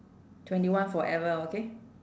twenty one forever okay